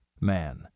Man